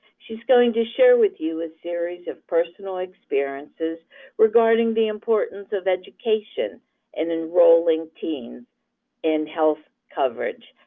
she is going to share with you a series of personal experiences regarding the importance of education and enrolling teens in health coverage.